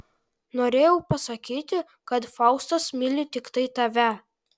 norėjau pasakyti kad faustas myli tiktai tave